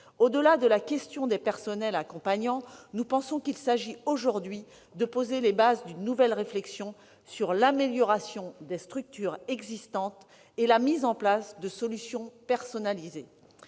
Au-delà de la question des personnels accompagnants, nous pensons qu'il convient aujourd'hui de poser les bases d'une nouvelle réflexion sur l'amélioration des structures existantes et la mise en place de solutions personnalisées.